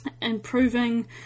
improving